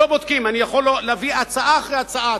אני יכול להביא הצעה אחרי הצעה,